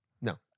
No